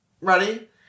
Ready